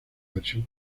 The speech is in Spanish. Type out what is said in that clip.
versión